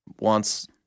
wants